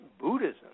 Buddhism